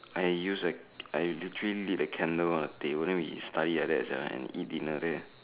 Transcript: I used a I literally lit a candle on the table then we study like that sia and eat dinner there